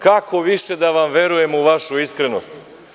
Kako više da vam verujemo u vašu iskrenost?